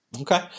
Okay